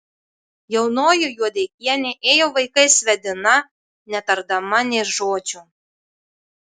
jaunoji juodeikienė ėjo vaikais vedina netardama nė žodžio